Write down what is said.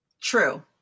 True